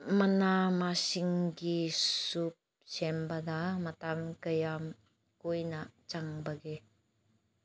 ꯃꯅꯥ ꯃꯁꯤꯡꯒꯤ ꯁꯨꯞ ꯁꯦꯝꯕꯗ ꯃꯇꯝ ꯀꯌꯥꯝ ꯀꯨꯏꯅ ꯆꯪꯕꯒꯦ